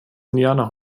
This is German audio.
indianer